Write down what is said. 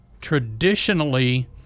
traditionally